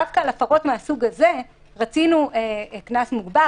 דווקא על הפרות מן הסוג הזה רצינו קנס מוגבר.